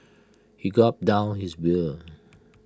he gulped down his beer